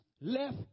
left